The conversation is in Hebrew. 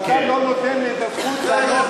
ואתה לא נותן לי את הזכות לענות,